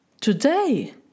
today